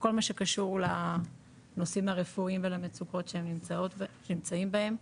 בכל מה שקשור לנושאים הרפואיים ולמצוקות שהם נמצאים בהן,